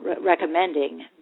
recommending